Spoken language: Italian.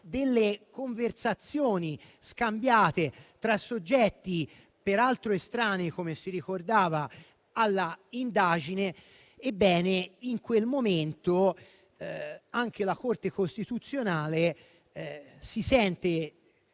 delle conversazioni scambiate tra soggetti, peraltro estranei all'indagine, ebbene in quel momento anche la Corte costituzionale si sente